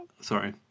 Sorry